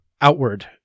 outward